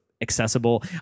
accessible